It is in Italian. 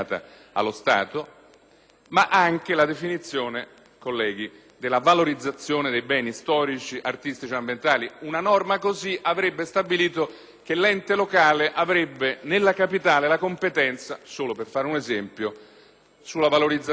anche la definizione, colleghi, di valorizzazione di beni storici, artistici ed ambientali. Una norma di quel tipo che avrebbe stabilito che l'ente locale avrebbe nella capitale la competenza, solo per fare un esempio, della valorizzazione del Quirinale.